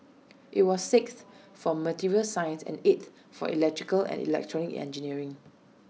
IT was sixth for materials science and eighth for electrical and electronic engineering